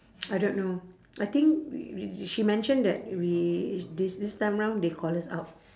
I don't know I think we we she mentioned that we this this time round they call us out